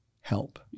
help